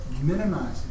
minimizing